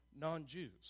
non-Jews